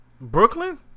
Brooklyn